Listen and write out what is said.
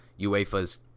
UEFA's